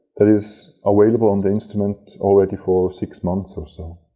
that is available on the instrument already for six months or so.